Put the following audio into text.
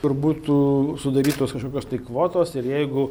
kur būtų sudarytos kažkokios tai kvotos ir jeigu